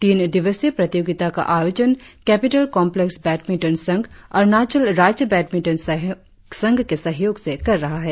तीन दिवसीय प्रतियोगिता का आयोजन केपिटल कॉम्प्लेक्स बैडमिंटन संघ अरुणाचल राज्य बैडमिंटन संघ के सहयोग से कर रहा है